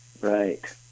Right